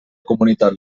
comunitat